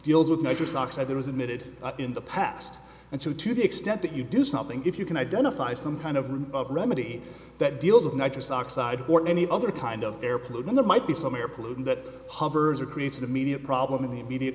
deals with nitric oxide there is admitted in the past and so to the extent that you do something if you can identify some kind of remedy that deals with nitric oxide or any other kind of air pollution that might be some air pollution that hovers or creates an immediate problem in the immediate